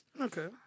Okay